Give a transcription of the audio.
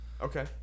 Okay